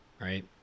right